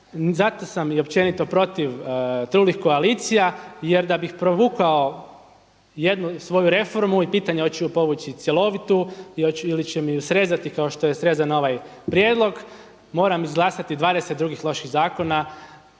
zato sam i općenito protiv trulih koalicija jer da bih provukao jednu svoju reformu i pitanje hoću li povući cjelovitu ili će mi ju srezati kao što je srezan ovaj prijedlog, moram izglasati 22 drugih loših zakona